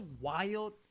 wild